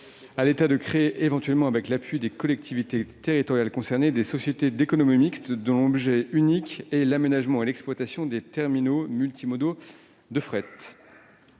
à l'État de créer, éventuellement avec l'appui des collectivités territoriales concernées, des sociétés d'économie mixte dont l'objet unique serait l'aménagement et l'exploitation des terminaux multimodaux de fret.